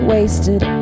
Wasted